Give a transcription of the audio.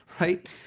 Right